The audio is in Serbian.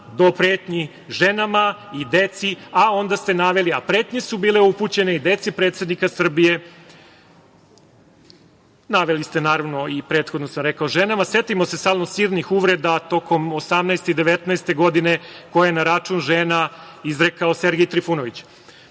do pretnji ženama i deci", a onda ste naveli: "A pretnje su bile upućene deci predsednika Srbije". Naveli ste, naravno, i prethodno sam rekao, ženama. Setimo se samo silnih uvreda tokom 2018. i 2019. godine, koja je na račun žena izrekao Sergej Trifunović. Naravno,